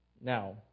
now